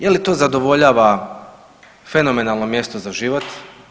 Je li to zadovoljava fenomenalno mjesto za život?